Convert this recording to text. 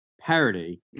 parody